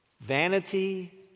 Vanity